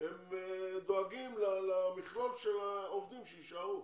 הם דואגים למכלול של העובדים שיישארו.